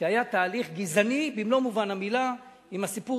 שהיה תהליך גזעני במלוא מובן המלה עם הסיפור